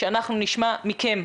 נשמע מכם,